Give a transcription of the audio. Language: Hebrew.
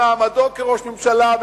במעמדו כראש ממשלה,